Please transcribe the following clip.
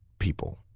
people